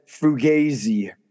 fugazi